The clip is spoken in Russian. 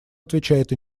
отвечает